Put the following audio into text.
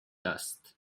dust